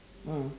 mm